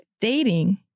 dating